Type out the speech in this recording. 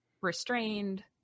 restrained